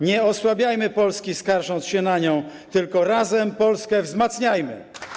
Nie osłabiajmy Polski, skarżąc się na nią, tylko razem Polskę wzmacniajmy.